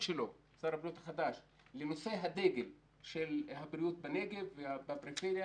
שלו לנושא הדגל של הבריאות בנגב ובפריפריה